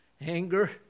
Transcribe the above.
anger